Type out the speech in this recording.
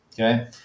Okay